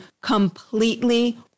completely